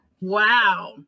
Wow